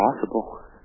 Possible